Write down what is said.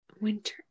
Winter